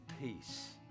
peace